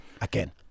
again